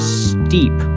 steep